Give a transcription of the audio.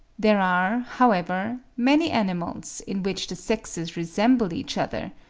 there are, however, many animals in which the sexes resemble each other,